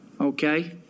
Okay